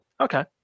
Okay